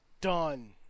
done